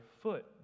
foot